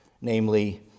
namely